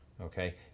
okay